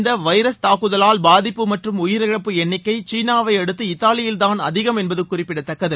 இந்த வைரஸ் தாக்குதவால் பாதிப்பு மற்றும் உயிரிழப்பு எண்ணிக்கை சீனாவை அடுத்து இத்தாலியில்தான் அதிகம் என்பது குறிப்பிடத்தக்கது